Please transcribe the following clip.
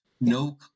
No